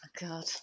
God